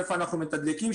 איפה אנחנו מתדלקים,